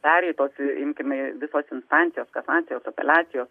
pereitos imkime visos instancijos kasacijos apeliacijos